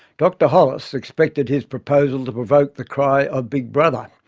dr hollis expected his proposal to provoke the cry of big brother!